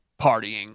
partying